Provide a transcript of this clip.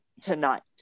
tonight